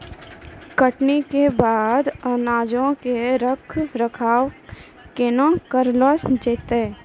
कटनी के बाद अनाजो के रख रखाव केना करलो जैतै?